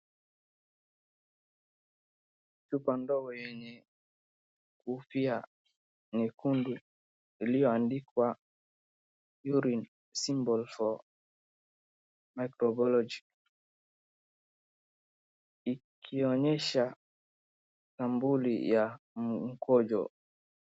Chupa ndogo yenye kofia nyekundu iliyoandikwa URINE SAMPLE INFECTION MICROBIOLOGY ikionyesha sampuli ya mkojo.